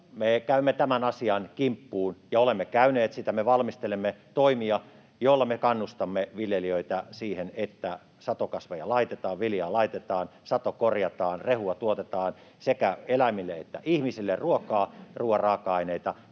käymme tämän asian kimppuun ja olemme käyneet, me valmistelemme toimia, joilla me kannustamme viljelijöitä siihen, että satokasveja laitetaan, viljaa laitetaan, sato korjataan, rehua tuotetaan — sekä eläimille että ihmisille ruokaa ja ruoan raaka-aineita.